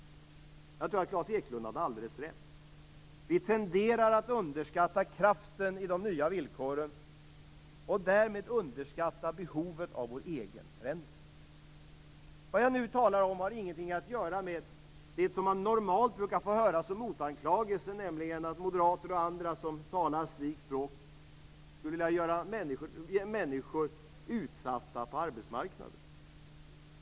Jag tror att Klas Eklund hade alldeles rätt. Vi tenderar att underskatta kraften i de nya villkoren och därmed underskatta behovet av vår egen förändring. Vad jag nu talar om har ingenting att göra med det som man brukar få höra som motanklagelse, nämligen att moderater och andra som talar slikt språk skulle vilja göra människor utsatta på arbetsmarknaden.